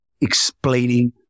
Explaining